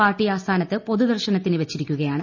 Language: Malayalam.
പാർട്ടി ആസ്ഥാനത്ത് പൊതുദർശനത്തിന് വച്ചിരിക്കുകയാണ്